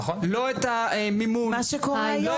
לא את המימון ולא את האפשרות לבוא ולקדם- - מה שקורה היום,